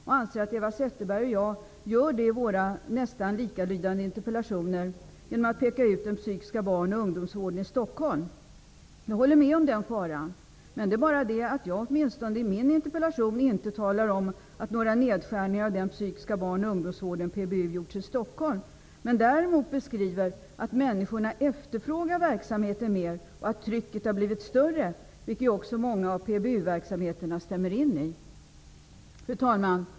Han anser att Eva Zetterberg och jag gör det i våra nästan likalydande interpellationer genom att peka ut den psykiska barn och ungdomsvården i Stockholm. Jag håller med om den faran. Men i min interpellation talar jag inte om några nedskärningar på den psykiska barn och ungdomsvården, PBU, i Stockholm. Däremot beskriver jag att människor efterfrågar verksamheten mer och att trycket har blivit större, vilket också många av PBU verksamheterna stämmer in i. Fru talman!